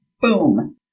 Boom